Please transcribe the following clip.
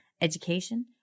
education